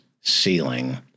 ceiling